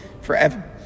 forever